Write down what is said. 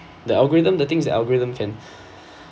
the algorithm the things the algorithm can